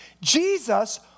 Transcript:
Jesus